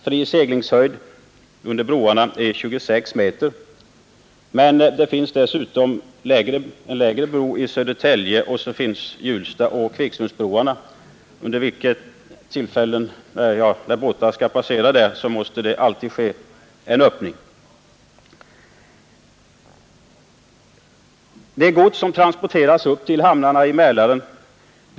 Fri seglingshöjd under dessa broar är 26 m, men det finns dessutom en lägre bro i Södertälje samt Hjulstaoch Kvicksundsbroarna, som alltid måste öppnas när fartyg skall passera. Gods i tämligen stora mängder transporteras upp till hamnarna i Mälaren.